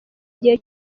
igihe